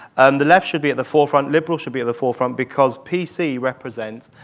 and the left should be at the forefront. liberals should be at the forefront because p c. represents,